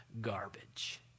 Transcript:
garbage